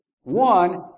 One